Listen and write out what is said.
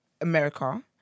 America